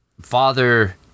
Father